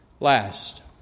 Last